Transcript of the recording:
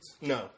No